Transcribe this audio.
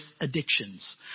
addictions